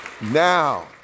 now